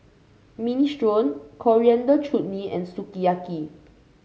Minestrone Coriander Chutney and Sukiyaki